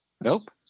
Nope